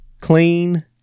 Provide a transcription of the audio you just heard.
clean